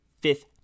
fifth